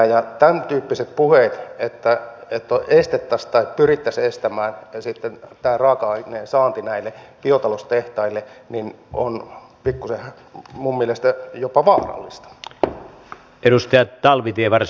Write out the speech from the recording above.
tämän tyyppiset puheet että estettäisiin tai pyrittäisiin estämään tämä raaka aineen saanti näille biotaloustehtaille ovat pikkuisen minun mielestäni jopa vaarallisia